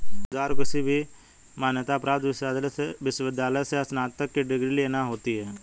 उम्मीदवार को किसी भी मान्यता प्राप्त विश्वविद्यालय से स्नातक की डिग्री लेना होती है